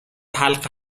حلقه